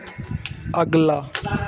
अगला